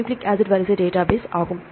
nucleic acid வரிசை database ஆகும்